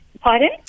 pardon